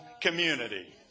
community